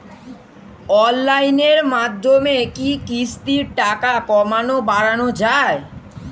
অনলাইনের মাধ্যমে কি কিস্তির টাকা কমানো বাড়ানো যায়?